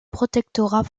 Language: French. protectorat